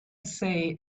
say